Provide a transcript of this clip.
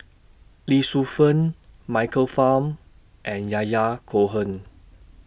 Lee Shu Fen Michael Fam and Yahya Cohen